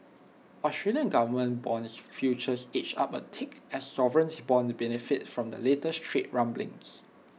Australian government Bond futures edged up A tick as sovereign bonds benefited from the latest trade rumblings